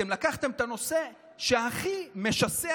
אתם לקחתם את הנושא שהכי משסע